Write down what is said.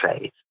faith